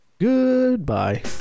goodbye